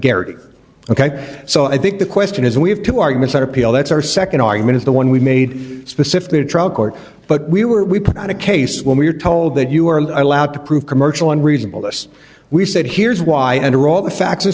character ok so i think the question is we have two arguments that appeal that's our second argument is the one we made specifically the trial court but we were we put on a case when we were told that you are allowed to prove commercial unreasonable this we said here's why under all the facts o